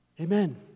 Amen